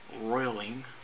roiling